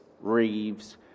Reeves